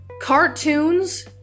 Cartoons